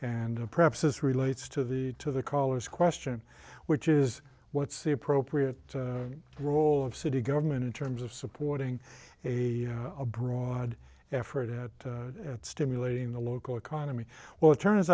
and perhaps this relates to the to the caller's question which is what's the appropriate role of city government in terms of supporting a broad effort at stimulating the local economy well it turns